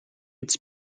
its